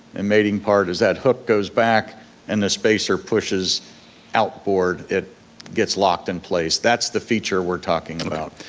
and mating part is that hook goes back and the spacer pushes out forward, it gets locked in place, that's the feature we're talking about,